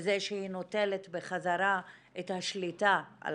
בזה שהיא נוטלת בחזרה את השליטה על